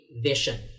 vision